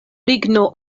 ligno